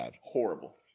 horrible